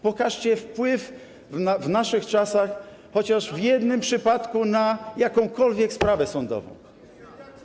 Pokażcie wpływ w naszych czasach, chociaż w jednym przypadku, na jakąkolwiek sprawę sądową.